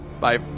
bye